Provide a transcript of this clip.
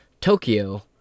Tokyo